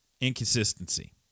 Inconsistency